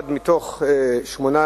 אחד מתוך שמונה